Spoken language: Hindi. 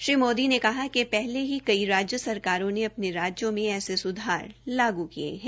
श्री मोदी ने कहा कि हले कई राज्य सरकारों ने अ ने राज्यों में ऐसे सुधार लागू किये है